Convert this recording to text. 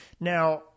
Now